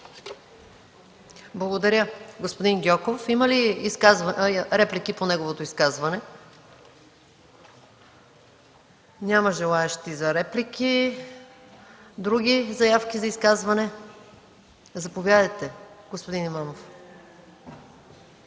Благодаря, господин Гьоков. Има ли реплики по неговото изказване? Няма желаещи за реплики. Други заявки за изказване? Заповядайте, господин Имамов.